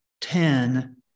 Ten